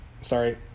sorry